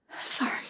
sorry